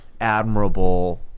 admirable